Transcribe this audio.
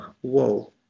Whoa